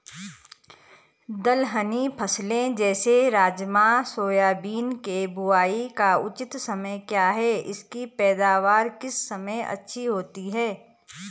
दलहनी फसलें जैसे राजमा सोयाबीन के बुआई का उचित समय क्या है इसकी पैदावार किस समय अच्छी होती है?